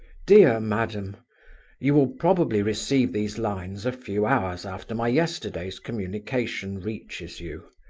dear madam you will probably receive these lines a few hours after my yesterday's communication reaches you.